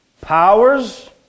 powers